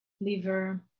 liver